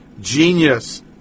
Genius